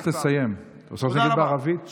תודה רבה.